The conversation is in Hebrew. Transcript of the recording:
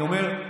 אני אומר,